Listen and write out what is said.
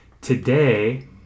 Today